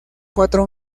cuatro